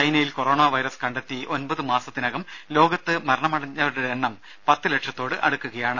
ചൈനയിൽ corona virus കണ്ടെത്തി ഒമ്പത് മാസത്തിനകം ലോകത്ത് മരണമടഞ്ഞവരുടെ എണ്ണം പത്ത് ലക്ഷത്തോട് അടുക്കുകയാണ്